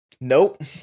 Nope